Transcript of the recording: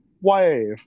wave